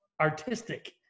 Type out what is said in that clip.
artistic